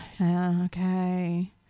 okay